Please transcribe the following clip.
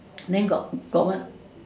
then got got one